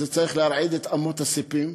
זה צריך להרעיד את אמות הספים.